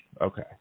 Okay